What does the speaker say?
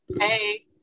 hey